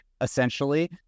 Essentially